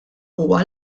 huwa